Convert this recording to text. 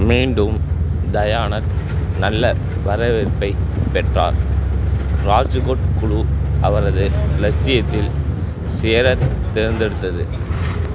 மீண்டும் தயானந்த் நல்ல வரவேற்பைப் பெற்றார் ராஜ்கோட் குழு அவரது இலட்சியத்தில் சேரத் தேர்ந்தெடுத்தது